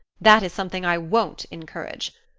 that is something i won't encourage.